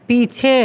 पीछे